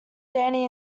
danny